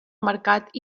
mercat